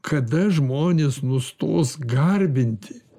kada žmonės nustos garbinti